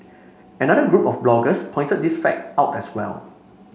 another group of bloggers pointed this fact out as well